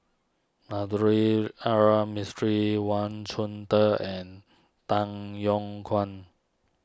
R Mistri Wang Chunde and Tan Yong Kwang